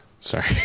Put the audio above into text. Sorry